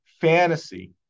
fantasy